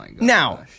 Now